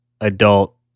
adult